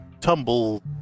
tumble